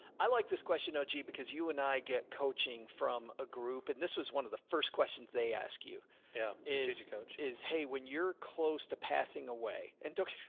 i like this question. oh gee, because you and i get coaching from a group and this was one of the first questions they ask you yeah is, is, hey, when you're close to passing away and ducks,